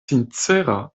sincera